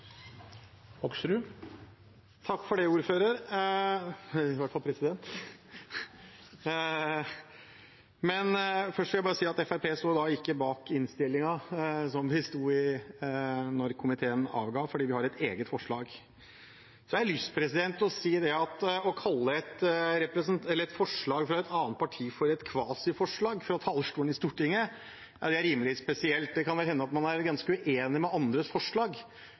Først vil jeg si at Fremskrittspartiet ikke står bak komiteens innstilling, som det sto i innstillingen da komiteen avga den, for vi har et eget forslag i saken. Så har jeg lyst til å si at å kalle et forslag fra et annet parti et «kvasiforslag» fra talerstolen i Stortinget er rimelig spesielt. Det kan vel hende at man er ganske uenig i andres forslag,